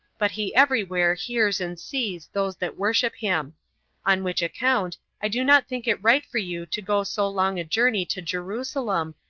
but he every where hears and sees those that worship him on which account i do not think it right for you to go so long a journey to jerusalem,